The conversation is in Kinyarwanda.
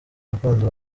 gakondo